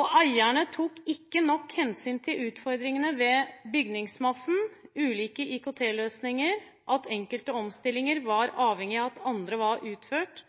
Eierne tok ikke nok hensyn til utfordringene ved bygningsmassen, ulike IKT-løsninger, at enkelte omstillinger var avhengig av at andre var utført,